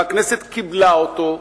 והכנסת קיבלה אותו,